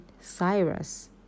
cyrus